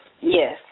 Yes